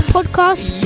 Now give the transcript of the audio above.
Podcast